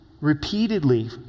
Repeatedly